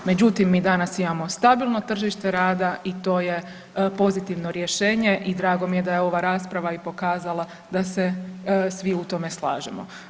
Međutim mi danas imamo stabilno tržište rada i to je pozitivno rješenje i drago mi je da je ova rasprava i pokazala da se svi u tome slažemo.